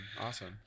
awesome